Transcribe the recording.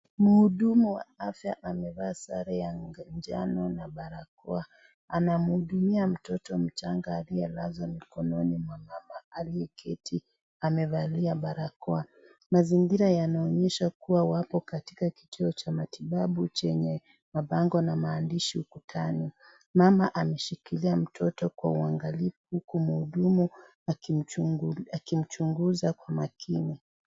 Mhudumu wa afya amevaa sare ya njano na barakoa. Anamhudumia mtoto mchanga aliyelazwa mikononi mwa mama aliyeketi, amevalia barakoa. Mazingira yanaonyesha kuwa wapo katika kituo cha matibabu Chenye mabango na maandishi ukutani. Mama ameshikilia mtoto kwa uangalifu huku mhudumu akimchunguza kwa makini.